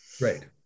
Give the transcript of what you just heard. Right